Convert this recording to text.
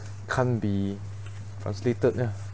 can't be translated ya